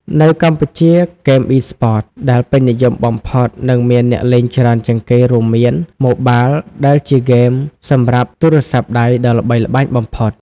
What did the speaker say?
នៅកម្ពុជា ហ្គេមអុីស្ព័ត ដែលពេញនិយមបំផុត និងមានអ្នកលេងច្រើនជាងគេរួមមាន ម៉ូបាលដែលជាហ្គេម សម្រាប់ទូរសព្ទដៃដ៏ល្បីល្បាញបំផុត។